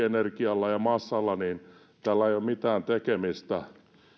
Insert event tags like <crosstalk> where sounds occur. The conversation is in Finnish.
<unintelligible> energialla ja massalla ole mitään tekemistä